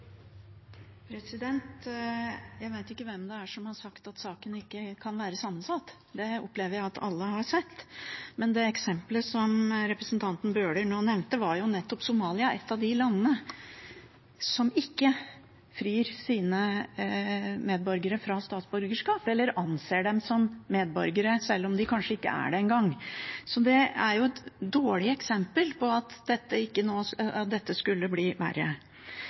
Jeg vet ikke hvem det er som har sagt at saken ikke kan være sammensatt. Det opplever jeg at alle har sett. Det eksemplet som representanten Bøhler nå nevnte, var nettopp Somalia – et av de landene som ikke frigjør sine medborgere fra statsborgerskap, altså anser dem som medborgere, selv om de kanskje ikke er det engang. Så det er et dårlig eksempel på at dette nå skulle bli verre. Jeg hører at